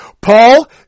Paul